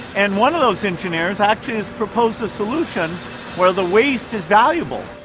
and one of those engineers actually has proposed a solution where the waste is valuable.